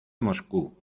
moscú